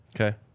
okay